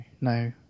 No